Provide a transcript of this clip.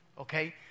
okay